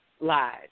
lies